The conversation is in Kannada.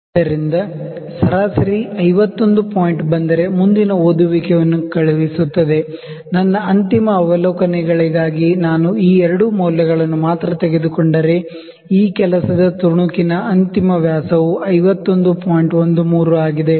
ಆದ್ದರಿಂದ ಸರಾಸರಿ 51 ಪಾಯಿಂಟ್ ಬಂದರೆ ಮುಂದಿನ ರೀಡಿಂಗ್ ನ್ನು ಕಳುಹಿಸುತ್ತದೆ ನನ್ನ ಅಂತಿಮ ಅವಲೋಕನಗಳಾಗಿ ನಾನು ಈ ಎರಡು ಮೌಲ್ಯಗಳನ್ನು ಮಾತ್ರ ತೆಗೆದುಕೊಂಡರೆ ಈ ವರ್ಕ್ ಪೀಸ್ ಅಂತಿಮ ವ್ಯಾಸವು 51